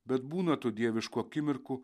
bet būna tų dieviškų akimirkų